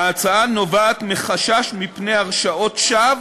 ההצעה נובעת מחשש מפני הרשעות שווא